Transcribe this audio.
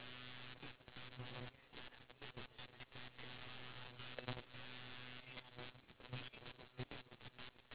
oh um speaking about food have I don't I haven't really asked you this question before have you tried the ice cream rolls before in your life